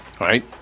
Right